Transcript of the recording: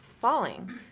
falling